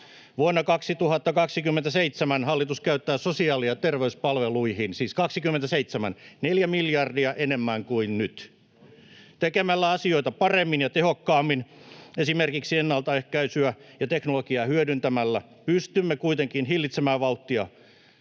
Vuonna 2027 hallitus käyttää sosiaali- ja terveyspalveluihin, siis vuonna 2027, neljä miljardia enemmän kuin nyt. Tekemällä asioita paremmin ja tehokkaammin, esimerkiksi ennaltaehkäisyä ja teknologiaa hyödyntämällä, pystymme kuitenkin hillitsemään vauhtia,